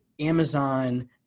Amazon